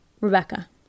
Rebecca